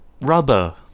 Rubber